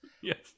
yes